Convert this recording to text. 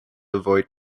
avoid